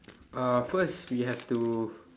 uh first we have to